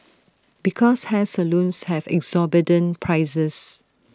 because hair salons have exorbitant prices